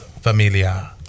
Familia